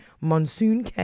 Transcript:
monsoon